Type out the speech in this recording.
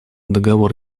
договор